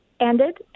ended